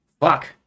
fuck